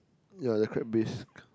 yea the crab base